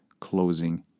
closing